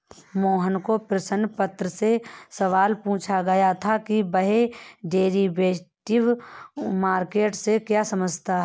मोहन को प्रश्न पत्र में सवाल पूछा गया था कि वह डेरिवेटिव मार्केट से क्या समझता है?